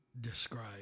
describe